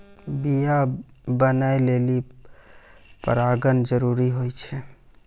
बीया बनै लेलि परागण जरूरी होय छै